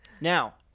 Now